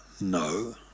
no